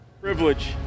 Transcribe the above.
Privilege